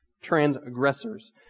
transgressors